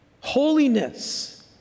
holiness